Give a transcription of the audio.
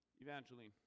Evangeline